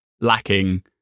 lacking